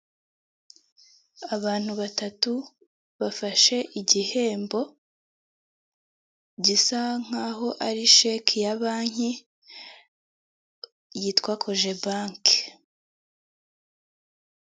Abantu batatu bafashe igihembo gisa nk'aho ari sheke ya banki yitwa Coge bank.